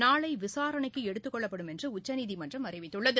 நாளை விசாரணை எடுத்துக் கொள்ளப்படும் என்று உச்சநீதிமன்றம் அறிவித்துள்ளது